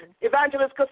Evangelist